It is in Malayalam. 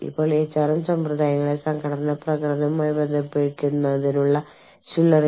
ഇപ്പോൾ നിങ്ങളൊരു ബഹുരാഷ്ട്ര കമ്പനിയാണെങ്കിൽ നിങ്ങൾക്ക് വിവിധ സ്ഥലങ്ങളിൽ യൂണിയനുകൾ ഉണ്ടെങ്കിൽ